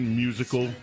musical